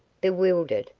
bewildered,